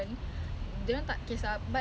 just because we look scary !wow!